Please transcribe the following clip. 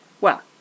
Well